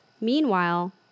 Meanwhile